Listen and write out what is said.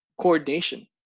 coordination